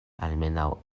almenaŭ